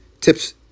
Tips